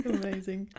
amazing